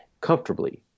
comfortably